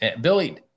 Billy